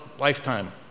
Lifetime